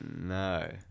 no